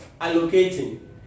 allocating